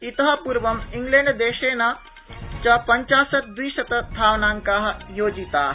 इत पूर्व इंग्लैण्डदेशेन च पंचाधिक द्विशतधावनांका योजिता